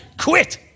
quit